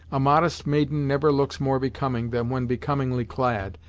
a modest maiden never looks more becoming than when becomingly clad,